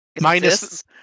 Minus